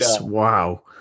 wow